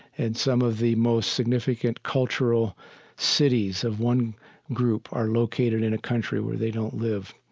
and some of the most significant cultural cities of one group are located in a country where they don't live.